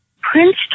Prince